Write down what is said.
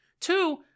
Two